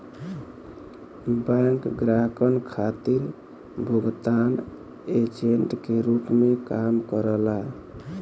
bank ग्राहकन खातिर भुगतान एजेंट के रूप में काम करला